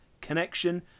connection